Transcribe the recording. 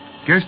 Guess